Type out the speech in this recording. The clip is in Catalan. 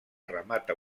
remata